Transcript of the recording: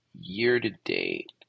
year-to-date